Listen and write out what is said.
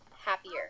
happier